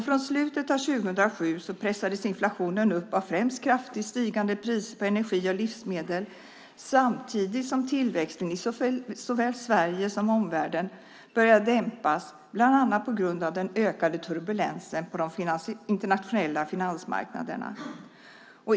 Från slutet av 2007 pressades inflationen upp av främst kraftigt stigande priser på energi och livsmedel samtidigt som tillväxten i såväl Sverige som omvärlden började dämpas bland annat på grund av den ökade turbulensen på de internationella finansmarknaderna.